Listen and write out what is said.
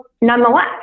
nonetheless